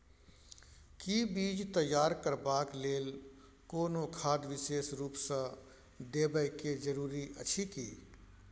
कि बीज तैयार करबाक लेल कोनो खाद विशेष रूप स देबै के जरूरी अछि की?